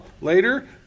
later